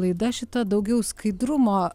laida šį tą daugiau skaidrumo